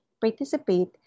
participate